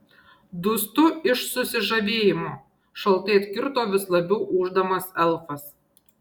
dūstu iš susižavėjimo šaltai atkirto vis labiau ūždamas elfas